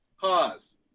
pause